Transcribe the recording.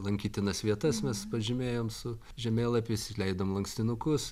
lankytinas vietas mes pažymėjom su žemėlapiais leidom lankstinukus